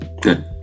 Good